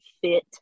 fit